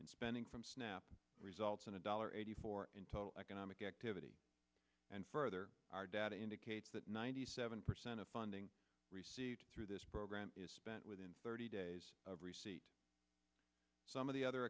in spending from snap results in a dollar eighty four in total economic activity and further our data indicates that ninety seven percent of funding received through this program is spent within thirty days of receipt some of the other